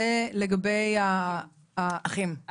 זה לגבי האחים?